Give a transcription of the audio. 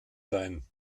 sein